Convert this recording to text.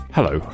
Hello